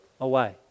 away